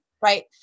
right